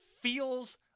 feels